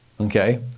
okay